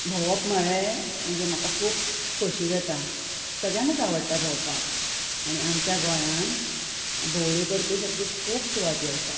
भोंवप म्हळें म्हणजे म्हाका खूब खोशी जाता सगळ्याकूंच आवडटा भोंवपाक आनी आमच्या गोंयांत भोंवळ्यो करपी सारक्यो खूब सुवात्यो आसात